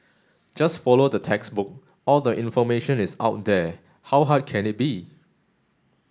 just follow the textbook all the information is out there how hard can it be